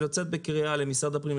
לצאת בקריאה אל משרד הפנים,